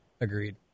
agreed